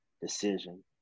decision